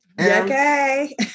Okay